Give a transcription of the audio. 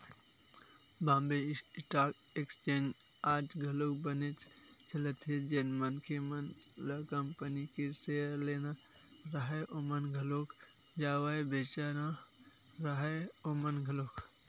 Bombay stock exchange आज घलोक बनेच चलत हे जेन मनखे मन ल कंपनी के सेयर लेना राहय ओमन घलोक जावय बेंचना राहय ओमन घलोक